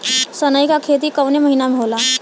सनई का खेती कवने महीना में होला?